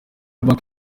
banki